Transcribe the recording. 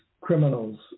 criminals